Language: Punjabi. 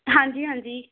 ਹਾਂਜੀ ਹਾਂਜੀ